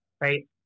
Right